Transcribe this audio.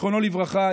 זיכרונו לברכה,